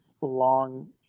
long